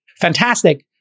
Fantastic